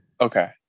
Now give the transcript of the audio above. Okay